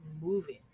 moving